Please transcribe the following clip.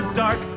dark